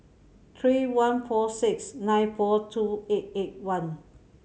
three one four six nine four two eight eight one